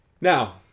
Now